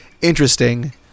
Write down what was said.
interesting